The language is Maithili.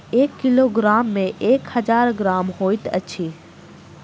एक किलोग्राम मे एक हजार ग्राम होइत अछि